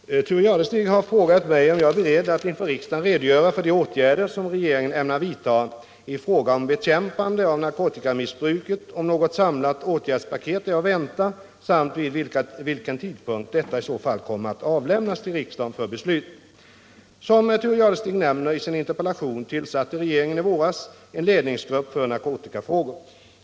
Herr talman! Thure Jadestig har frågat mig om jag är beredd att inför riksdagen redogöra för de åtgärder som regeringen ämnar vidta i fråga om bekämpandet av narkotikamissbruket, om något samlat åtgärdspaket är att vänta, samt vid vilken tidpunkt detta i så fall kommer att avlämnas till riksdagen för beslut. Som Thure Jadestig nämner i sin interpellation tillsatte regeringen i våras en ledningsgrupp för narkotikafrågor.